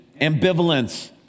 ambivalence